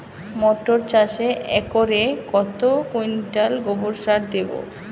মটর চাষে একরে কত কুইন্টাল গোবরসার দেবো?